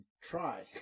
try